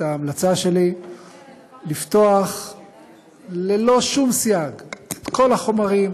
ההמלצה שלי לפתוח ללא שום סייג את כל החומרים,